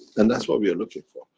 and that's what we are looking for.